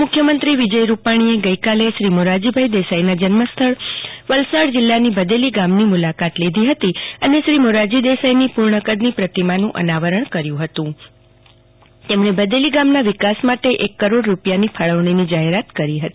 તો મુખ્યમંત્રી વિજય રૂપાણીએ ગઈકાલે શ્રી મોરારજીભાઈ દેસાઈના જન્મસ્થળ વલસાડ જિલ્લાના ભદેલી ગામની મુલાકાત લીધી હતી અને શ્રી મોરારજી દેસાઈની પુર્ણકદની પ્રતિમાનું અનાવરણ કર્યું હતું તેમજ ભદેલી ગામના વિકાસ માટે એક કરોડ રૂપિયાની ફાળવણીની જાહેરાત કરી હતી